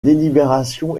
délibération